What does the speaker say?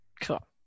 Cool